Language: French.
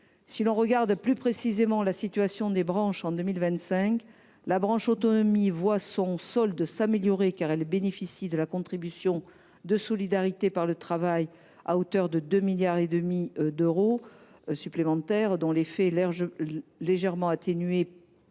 Si l’on regarde plus précisément la situation des branches en 2025, on constate que la branche autonomie voit son solde s’améliorer grâce à la contribution de solidarité par le travail à hauteur de 2,5 milliards d’euros supplémentaires, dont l’effet est légèrement atténué